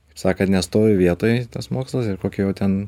kaip sakan nestovi vietoj tas mokslas ir kokie jau ten